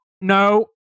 no